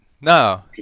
No